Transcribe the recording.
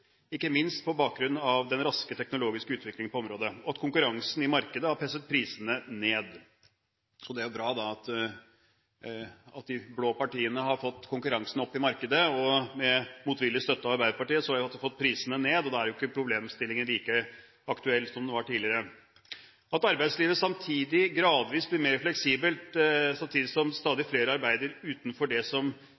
ikke minst på bakgrunn av den raske teknologiske utviklingen på området og at konkurransen i markedet har presset prisene ned. Så det er jo bra at de blå partiene har fått opp konkurransen i markedet. Med motvillig støtte av Arbeiderpartiet har vi også fått prisene ned, og da er jo ikke problemstillingen like aktuell som den var tidligere. At arbeidslivet gradvis blir mer fleksibelt, samtidig som stadig